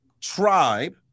tribe